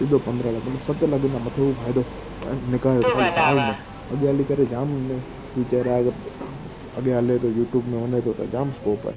सिधो पंद्रहं लख मतिलबु सत लखनि खां मथे हू फ़ाइदो निकारे थो खाली साल में अॻियां हली करे जाम हुन में फ़्यूचर आहे अगरि अॻियां हले थो यू ट्यूब में वञे थो त जाम स्कोप आहे